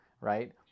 right